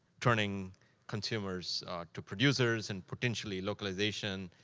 turning consumers to producers, and potentially, localization,